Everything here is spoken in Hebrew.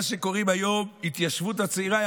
מה שקוראים היום ההתיישבות הצעירה היה